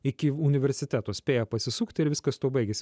iki universiteto spėja pasisukti ir viskas tuo baigiasi